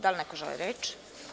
Da li neko želi reč?